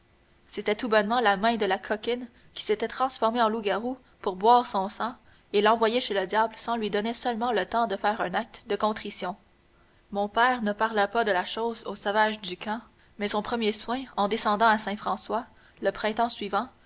c'était tout bonnement la main de la coquine qui s'était transformée en loup-garou pour boire son sang et l'envoyer chez le diable sans lui donner seulement le temps de faire un acte de contrition mon père ne parla pas de la chose aux sauvages du camp mais son premier soin en descendant à saint françois le printemps suivant